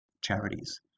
charities